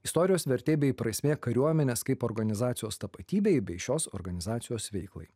istorijos vertė bei prasmė kariuomenės kaip organizacijos tapatybei bei šios organizacijos veiklai